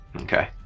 Okay